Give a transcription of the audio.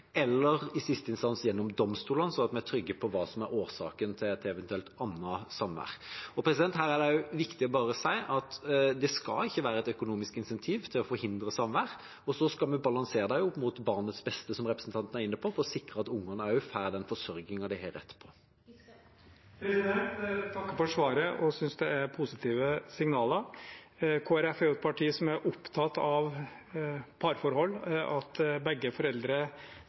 eller i siste instans gjennom domstolene, sånn at vi er trygge på hva som er årsaken til et eventuelt annet samvær. Her er det også viktig å si at det ikke skal være et økonomisk insentiv til å forhindre samvær, og så skal vi balansere det opp mot barnets beste, som representanten er inne på, for å sikre at ungene får den forsørgingen de har rett på. Takk for svaret, jeg synes det er positive signaler. Kristelig Folkeparti er jo et parti som er opptatt av parforhold, at begge